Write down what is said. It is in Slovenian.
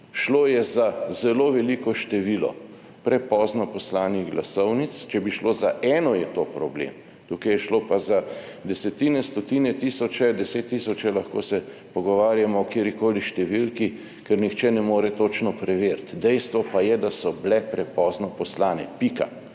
Šlo je za zelo veliko število prepozno poslanih glasovnic, če bi šlo za eno, je to problem, tukaj je šlo pa za desetine, stotine, tisoče, 10 tisoče, lahko se pogovarjamo o katerikoli številki, ker nihče ne more točno preveriti. Dejstvo pa je, da so bile prepozno poslane, pika